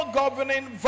governing